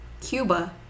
Cuba